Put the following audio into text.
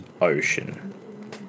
ocean